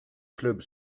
clubs